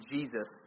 Jesus